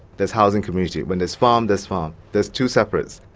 there's housing community, when there's farm, there's farm. there's two separates,